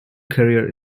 career